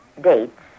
dates